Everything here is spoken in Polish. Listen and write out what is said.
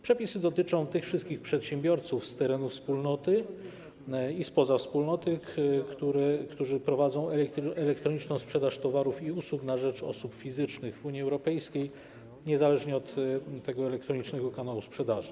Przepisy dotyczą tych wszystkich przedsiębiorców z terenów Wspólnoty i spoza Wspólnoty, którzy prowadzą elektroniczną sprzedaż towarów i usług na rzecz osób fizycznych w Unii Europejskiej niezależnie od elektronicznego kanału sprzedaży.